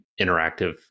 interactive